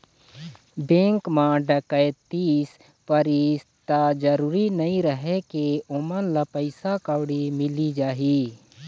bank म डकैती परिस त जरूरी नइ रहय के ओमन ल पइसा कउड़ी मिली जाही